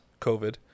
covid